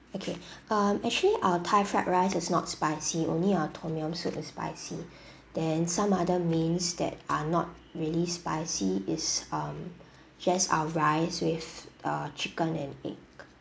okay um actually our thai fried rice is not spicy only our tom yum soup is spicy then some other mains that are not really spicy is um just our rice with a chicken and egg